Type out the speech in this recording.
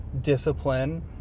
discipline